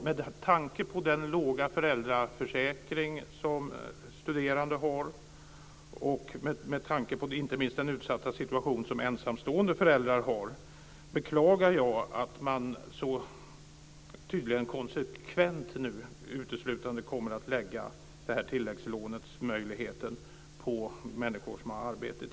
Med tanke på den låga ersättning från föräldraförsäkringen som studerande har, och inte minst den utsatta situation som ensamstående föräldrar har, beklagar jag att man nu tydligen konsekvent och uteslutande kommer att ge människor som har arbete tidigare möjligheten till tilläggslån.